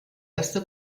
erste